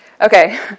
Okay